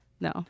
no